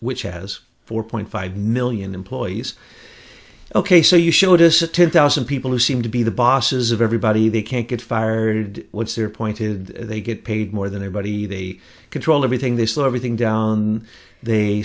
which has four point five million employees ok so you showed us a ten thousand people who seem to be the bosses of everybody they can't get fired once they're pointed they get paid more than their body they control everything they slow everything down they